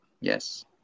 Yes